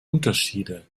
unterschiede